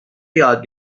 یاد